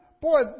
boy